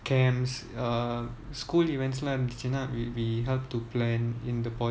camps uh school event இருந்துச்சுன்னா:irunthuchunna we we helped to plan in the poly itself ah